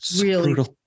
really-